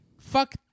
fuck